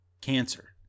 cancer